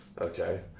Okay